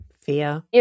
fear